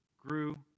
grew